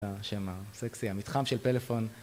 השם הסקסי: "המתחם של פלאפון"